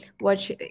watch